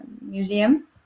museum